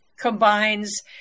combines